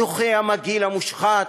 הדוחה, המגעיל, המושחת,